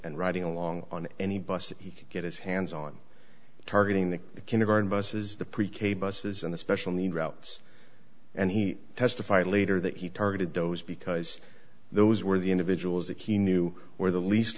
and riding along on any bus that he could get his hands on targeting the kindergarten buses the pre k buses and the special needs routes and he testified later that he targeted those because those were the individuals that he knew were the least